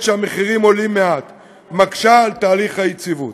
שהמחירים עולים מעט מקשה בתהליך היציבות.